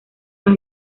las